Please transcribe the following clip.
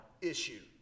issue